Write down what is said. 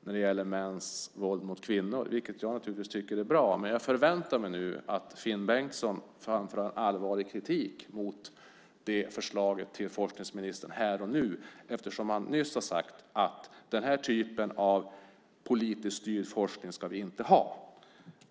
när det gäller mäns våld mot kvinnor, vilket jag naturligtvis tycker är bra. Men jag förväntar mig att Finn Bengtsson framför en allvarlig kritik mot det förslaget till forskningsministern här och nu, eftersom han nyss har sagt att den här typen av politiskt styrd forskning ska vi inte ha.